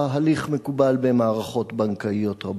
הליך מקובל במערכות בנקאיות רבות.